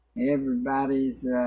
Everybody's